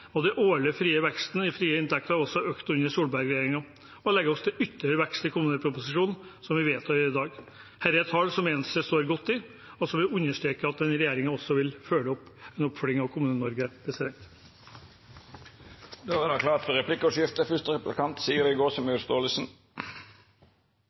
og den årlige veksten i frie inntekter har også økt under Solberg-regjeringen. Jeg legger til ytterligere vekst i kommuneproposisjonen, som vi vedtar i dag. Dette er tall som Venstre står godt i, og som vi understreker at regjeringen også vil følge opp i oppfølgingen av Kommune-Norge. Det vert replikkordskifte. Det ble aldri den store oppgaveoverføringen til de nye fylkeskommunene som